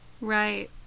Right